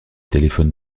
téléphone